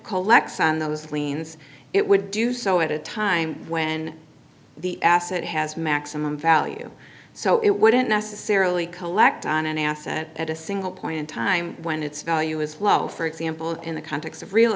collects those liens it would do so at a time when the asset has maximum value so it wouldn't necessarily collect on an asset at a single point in time when its value is low for example in the context of real